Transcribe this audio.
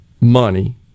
money